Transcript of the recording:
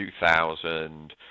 2000